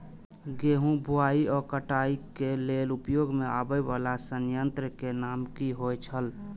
गेहूं बुआई आ काटय केय लेल उपयोग में आबेय वाला संयंत्र के नाम की होय छल?